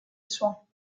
soins